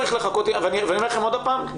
ואני אומר לכם עוד פעם,